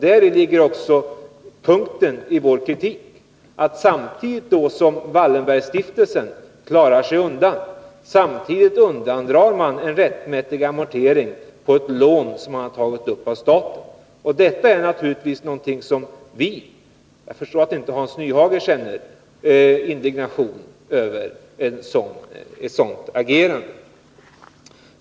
Däri ligger också kärnan i vår kritik, nämligen att samtidigt som Wallenbergstiftelsen klarar sig undan så undandrar man sig en rättmätig amortering på ett lån som man tagit av staten. Vi känner — jag förstår att inte Hans Nyhage gör det — naturligtvis indignation över ett sådant agerande.